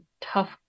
tough